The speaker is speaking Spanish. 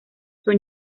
son